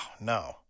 no